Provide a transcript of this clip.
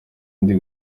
ndi